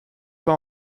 pas